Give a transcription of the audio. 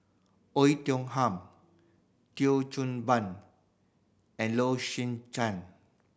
Oei Tiong Ham Thio Chan Ben and Low Swee Chen